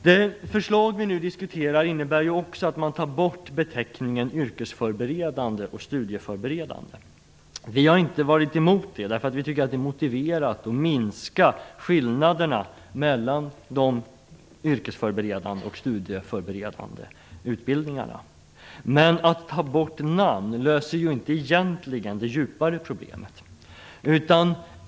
Det förslag som vi nu diskuterar innebär också att man tar bort beteckningarna yrkesförberedande och studieförberedande. Vi har inte varit emot det. Vi tycker att det är motiverat att minska skillnaderna mellan de yrkesförberedande och de studieförberedande utbildningarna. Men att ta bort namn löser inte det djupare problemet.